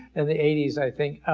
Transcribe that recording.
and the eighty s i think,